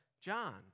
John